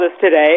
today